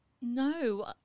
No